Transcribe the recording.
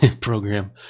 program